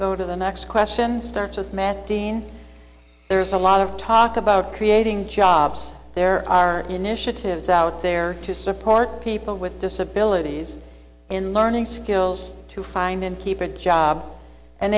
go to the next question start with matt dean there's a lot of talk about creating jobs there are initiatives out there to support people with disabilities and learning skills to find and keep it job and